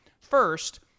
First